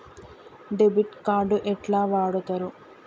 Debit card ఎట్లా వాడుతరు?